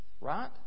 Right